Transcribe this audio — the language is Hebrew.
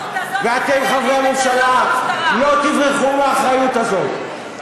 ואתם, חברי הממשלה, לא תברחו מהאחריות הזאת.